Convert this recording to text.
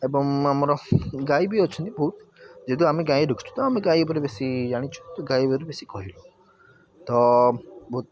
ଏବଂ ଆମର ଗାଈ ବି ଅଛନ୍ତି ବହୁତ ଯେହେତୁ ଆମେ ଗାଈ ରଖିଛୁ ତ ଆମେ ଗାଈ ଉପରେ ବେଶି ଜାଣିଛୁ ତ ଗାଈ ଉପରେ ବେଶି କହିଲୁ ତ ବହୁତ